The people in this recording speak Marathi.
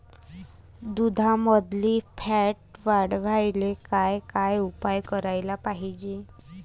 दुधामंदील फॅट वाढवायले काय काय उपाय करायले पाहिजे?